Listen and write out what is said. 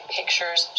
pictures